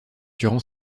durant